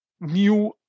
new